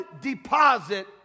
deposit